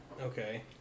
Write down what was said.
Okay